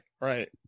right